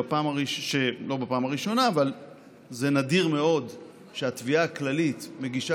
שזה נדיר מאוד שהתביעה הכללית מגישה